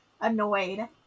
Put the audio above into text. annoyed